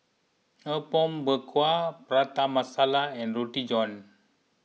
Apom Berkuah Prata Masala and Roti John